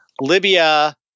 Libya